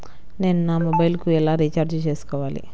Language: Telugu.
నేను నా మొబైల్కు ఎలా రీఛార్జ్ చేసుకోవాలి?